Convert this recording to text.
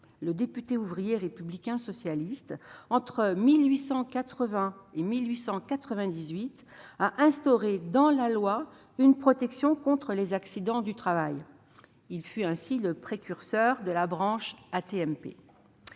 ce député-ouvrier républicain socialiste obtint l'instauration, par la loi, d'une protection contre les accidents du travail. Il fut ainsi le précurseur de la branche AT-MP.